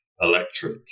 electric